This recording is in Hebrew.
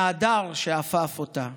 מההדר שאפף אותה,